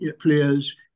players